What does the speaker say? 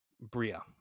bria